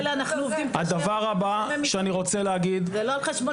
הדבר הבא שאני רוצה להגיד.